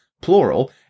plural